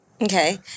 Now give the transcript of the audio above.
Okay